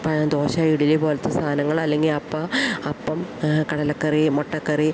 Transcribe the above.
പഴം ദോശ ഇഡലി പോലത്തെ സാധനങ്ങൾ അല്ലെങ്കിൽ അപ്പം അപ്പം കടലക്കറി മുട്ടക്കറി